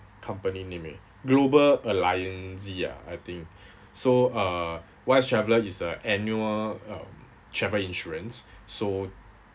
company name meh Global Allianz Z ah I think so uh wise traveller is a annual um travel insurance so